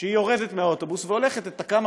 שהיא יורדת מהאוטובוס והולכת את כמה